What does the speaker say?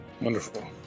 wonderful